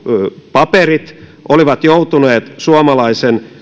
paperit olisivat joutuneet suomalaisen